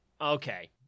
Okay